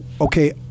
okay